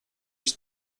iść